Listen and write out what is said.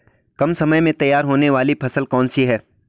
कम समय में तैयार होने वाली फसल कौन सी है?